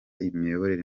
imiyoborere